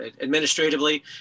administratively